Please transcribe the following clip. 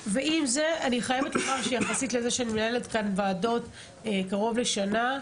אני חייבת לומר שיחסית לזה שאני מנהלת כאן ועדות קרוב לשנה,